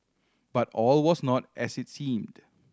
but all was not as it seemed